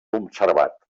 conservat